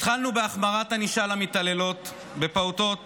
התחלנו בהחמרת ענישה למתעללות בפעוטות.